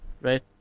Right